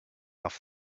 off